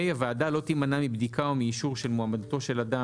(ה) הוועדה לא תימנע מבדיקה או מאישור של מועמדותו של אדם